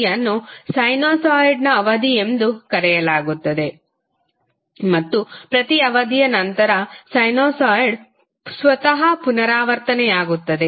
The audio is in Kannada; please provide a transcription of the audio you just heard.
T ಅನ್ನು ಸೈನುಸಾಯ್ಡ್ನ ಅವಧಿ ಎಂದು ಕರೆಯಲಾಗುತ್ತದೆ ಮತ್ತು ಪ್ರತಿ ಅವಧಿಯ ನಂತರ ಸೈನುಸಾಯ್ಡ್ ಸ್ವತಃ ಪುನರಾವರ್ತನೆಯಾಗುತ್ತದೆ